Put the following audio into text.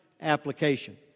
application